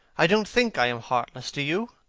i don't think i am heartless. do you?